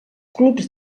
clubs